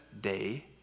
day